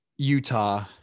Utah